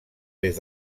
des